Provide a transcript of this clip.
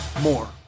more